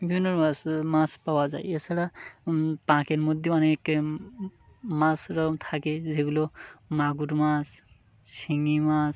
বিভিন্ন রকম মাছ পাওয়া যায় এ ছাড়া পাঁকের মধ্যে অনেক মাছ থাকে যেগুলো মাগুর মাছ শিঙি মাছ